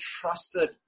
trusted